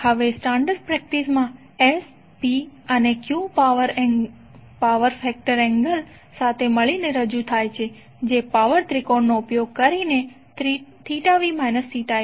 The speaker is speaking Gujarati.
હવે સ્ટાન્ડર્ડ પ્રેક્ટિસ માં S P અને Q પાવર ફેક્ટર એંગલ સાથે મળીને રજૂ થાય છે જે પાવર ત્રિકોણનો ઉપયોગ કરીને v i છે